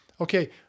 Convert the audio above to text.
Okay